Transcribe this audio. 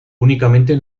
únicamente